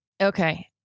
Okay